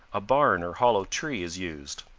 a barn or hollow tree is used.